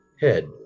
head